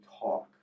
talk